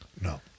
No